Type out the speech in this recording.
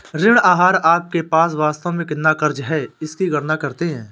ऋण आहार आपके पास वास्तव में कितना क़र्ज़ है इसकी गणना करते है